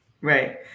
Right